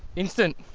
instant,